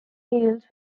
deals